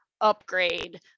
upgrade